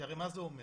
כי הרי מה זה אומר?